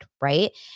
right